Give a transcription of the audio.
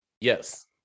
Yes